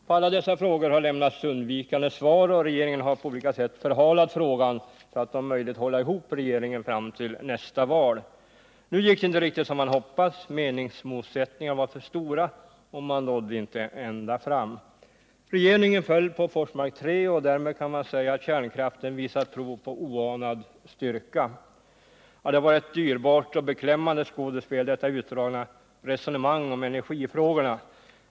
På alla dessa frågor har lämnats undvikande svar; regeringen har på olika sätt förhalat frågan för att om möjligt kunna hålla ihop regeringen fram till nästa val. Det gick inte riktigt som man hade hoppats — meningsmotsättningarna var för stora och man nådde inte ända fram. Regeringen föll på Forsmark 3. Därmed kan man säga att kärnkraften visat prov på oanad styrka. Detta utdragna resonemang om energifrågorna var ett dyrbart och beklämmande skådespel.